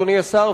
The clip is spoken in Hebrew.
אדוני השר,